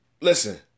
Listen